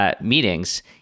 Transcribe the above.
meetings